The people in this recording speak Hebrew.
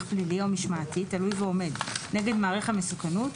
פלילי או משמעתי תלוי ועומד נגד מעריך המסוכנות,